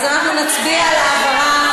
אז אנחנו נצביע על העברה